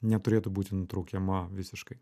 neturėtų būti nutraukiama visiškai